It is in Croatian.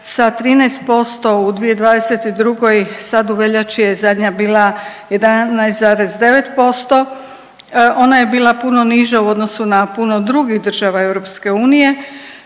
sa 13% u 2022. sad u veljači je zadnja bila 11,9%. Ona je bila puno niža u odnosu na puno drugih država EU.